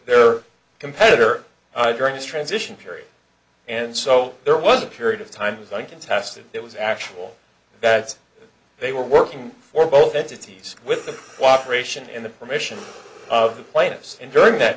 their competitor i during this transition period and so there was a period of time as i contested it was actual that they were working for both entities with the cooperation and the permission of the players and during that